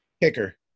Kicker